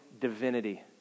divinity